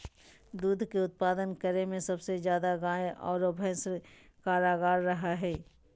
दूध के उत्पादन करे में सबसे ज्यादा गाय आरो भैंस कारगार रहा हइ